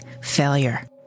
failure